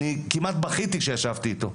אני כמעט בכיתי כשישבתי אתו.